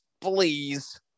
please